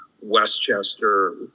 Westchester